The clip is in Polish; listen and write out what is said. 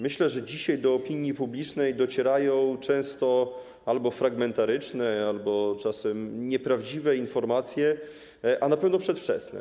Myślę, że dzisiaj do opinii publicznej docierają często albo fragmentaryczne, albo czasem nieprawdziwe informacje, a na pewno przedwczesne.